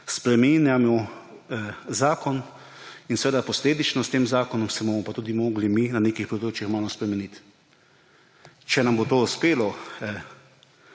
spreminjamo zakon in da se bomo posledično s tem zakonom morali tudi mi na nekih področjih malo spremeniti. Če nam bo to uspelo,